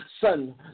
son